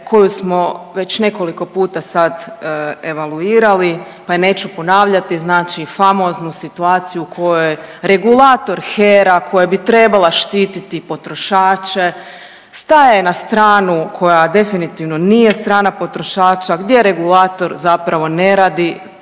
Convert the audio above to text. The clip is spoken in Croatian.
koju smo već nekoliko puta sad evaluirali, pa je neću ponavljati, znači famoznu situaciju u kojoj regulator HERA koja bi trebala štititi potrošače staje na stranu koja definitivno nije strana potrošača, gdje regulator zapravo ne radi,